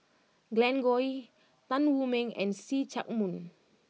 Glen Goei Tan Wu Meng and See Chak Mun